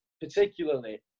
particularly